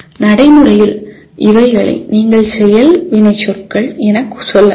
நடைமுறையில் இவைகளை நீங்கள் செயல் வினைச்சொற்கள் என சொல்லலாம்